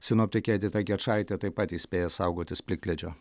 sinoptikė edita gečaitė taip pat įspėja saugotis plikledžio